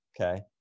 Okay